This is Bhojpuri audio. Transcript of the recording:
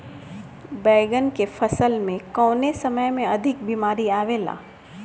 बैगन के फसल में कवने समय में अधिक बीमारी आवेला?